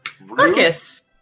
Marcus